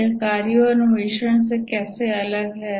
यह कार्यों और अन्वेषण से कैसे अलग है